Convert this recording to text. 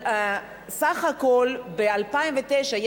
סך הכול ב-2009,